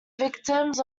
victims